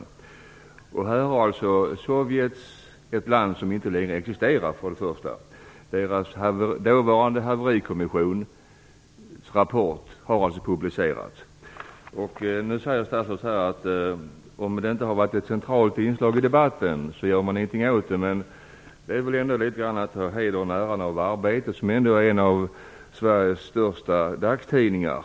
Sovjet är för det första ett land som inte längre existerar, och rapporten från Sovjets dåvarande haverikommission har alltså publicerats. Nu säger statsrådet att man inte skall göra någonting åt detta, om det inte har varit ett centralt inslag i debatten. Då tar hon väl litet av hedern och äran från Arbetet. Det är ändå en av Sveriges största dagstidningar.